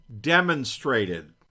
demonstrated